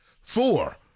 Four